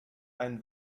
einen